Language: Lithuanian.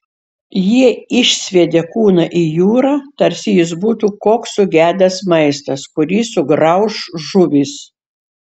jie išsviedė kūną į jūrą tarsi jis būtų koks sugedęs maistas kurį sugrauš žuvys